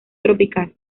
tropical